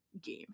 game